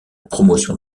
promotion